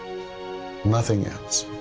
nothing else.